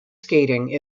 skating